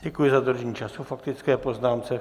Děkuji za dodržení času k faktické poznámce.